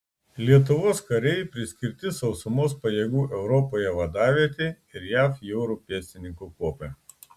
lietuvos kariai priskirti sausumos pajėgų europoje vadavietei ir jav jūrų pėstininkų kuopai